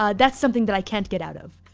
ah that's something that i can't get out of,